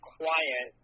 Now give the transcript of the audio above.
quiet